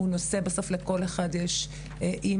בסוף לכל אחד יש אימא,